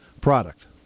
product